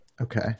Okay